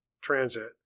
transit